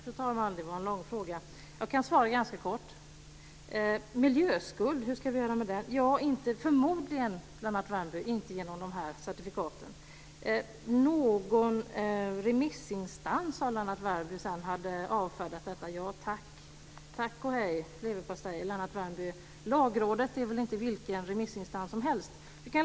Fru talman! Det var en lång fråga. Jag kan svara ganska kort. Hur ska vi komma till rätta med miljöskulden? Ja, förmodligen inte, Lennart Värmby, genom de här certifikaten. Lennart Värmby sade att någon remissinstans hade avfärdat detta. Tack och hej, leverpastej! Lagrådet är väl inte vilken remissinstans som helst.